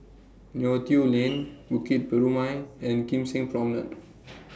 Neo Tiew Lane Bukit Purmei and Kim Seng Promenade